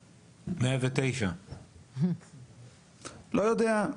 109. לא יודע,